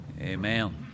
Amen